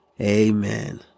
amen